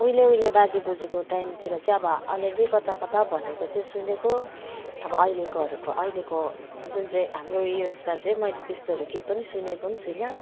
उहिले उहिले बाजे बोज्यूको टाइमतिर चाहिँ अब अलिअलि कता कता भनेको चाहिँ सुनेको अब अहिलेकोहरूको अहिलेको जुन चाहिँ हाम्रो यो यसमा चाहिँ मैले त्यस्तोहरू के पनि सुनेको पनि छुइनँ